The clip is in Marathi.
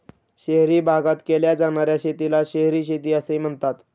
शहरी भागात केल्या जाणार्या शेतीला शहरी शेती असे म्हणतात